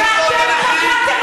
דווקא את החוק הזה?